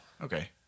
Okay